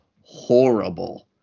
horrible